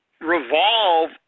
revolve